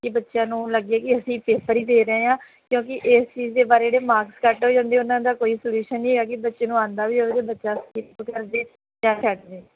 ਕਿ ਬੱਚਿਆਂ ਨੂੰ ਲੱਗੇ ਕਿ ਅਸੀਂ ਪੇਪਰ ਹੀ ਦੇ ਰਹੇ ਹਾਂ ਕਿਉਂਕਿ ਇਸ ਚੀਜ਼ ਦੇ ਬਾਰੇ ਜਿਹੜੇ ਮਾਰਕਸ ਕੱਟ ਹੋ ਜਾਂਦੇ ਉਹਨਾਂ ਦਾ ਕੋਈ ਸਲਿਊਸ਼ਨ ਨਹੀਂ ਹੈਗਾ ਕਿ ਬੱਚੇ ਨੂੰ ਆਉਂਦਾ ਵੀ ਹੋਵੇ ਅਤੇ ਬੱਚਾ ਸਕਿਪ ਕਰ ਜਾਵੇ ਜਾਂ ਛੱਡ ਜਾਵੇ